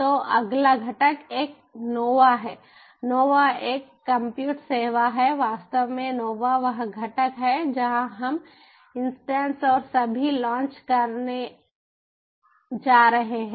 तो अगला घटक एक नोवा है नोवा एक कम्प्यूट सेवा है वास्तव में नोवा वह घटक है जहां हम इंस्टेंस और सभी लॉन्च करने जा रहे हैं